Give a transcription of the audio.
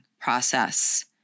process